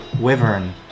Wyvern